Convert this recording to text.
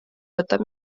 võtab